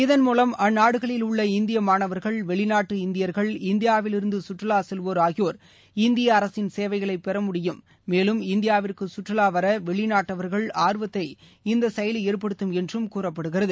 இதன் மூலம் அந்நாடுகளில் உள்ள இந்திய மாணவர்கள் வெளிநாட்டு இந்தியர்கள் இந்தியாவிலிருந்து சுற்றுலா செல்வோர் ஆகியோர் இந்திய அரசின் சேவைகளை பெற முடியும் மேலும் இந்தியாவிற்கு சுற்றுலா வர வெளிநாட்டவர்களுக்கு ஆர்வத்தை இந்த செயலி ஏற்படுத்தும் என்றும் கூறப்படுகிறது